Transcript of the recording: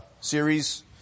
series